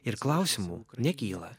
ir klausimų nekyla